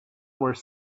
were